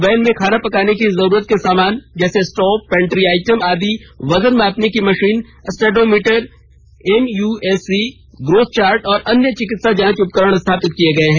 van में खाना पकाने की जरूरत के समान जैसे स्टोव पैंट्री आइटम आदि वजन मापने की machine stadiometer MUAC growth chart और अन्य चिकित्सा जाँच उपकरण स्थापित किए गए हैं